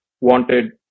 wanted